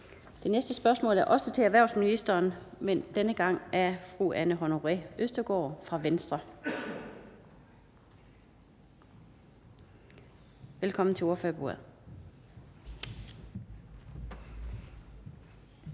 Det næste spørgsmål er også til erhvervsministeren, men denne gang af fru Anne Honoré Østergaard fra Venstre. Kl. 16:18 Spm. nr.